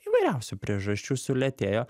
įvairiausių priežasčių sulėtėjo